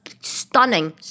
stunning